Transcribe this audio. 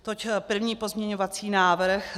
Toť první pozměňovací návrh.